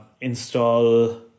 install